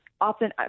often